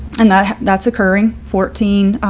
and that that's occurring fourteen,